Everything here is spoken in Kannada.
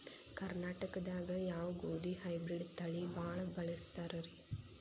ಕರ್ನಾಟಕದಾಗ ಯಾವ ಗೋಧಿ ಹೈಬ್ರಿಡ್ ತಳಿ ಭಾಳ ಬಳಸ್ತಾರ ರೇ?